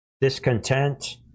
discontent